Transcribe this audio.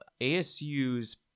ASU's